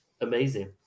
amazing